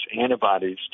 antibodies